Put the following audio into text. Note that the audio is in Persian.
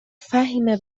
فهیمه